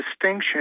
distinction